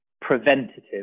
preventative